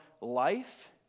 life